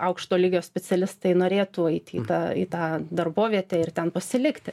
aukšto lygio specialistai norėtų eiti į tą į tą darbovietę ir ten pasilikti